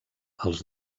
els